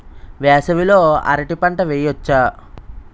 వేసవి లో అరటి పంట వెయ్యొచ్చా?